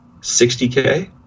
60k